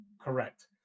Correct